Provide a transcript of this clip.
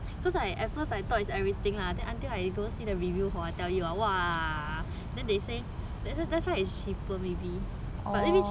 cause I at first I thought it's everything lah then until I go see the review hor I tell you hor !wah! then they say that's why that's why it's cheaper maybe but let me see